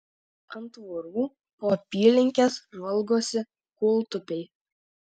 ant tvorų po apylinkes žvalgosi kūltupiai